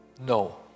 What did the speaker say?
no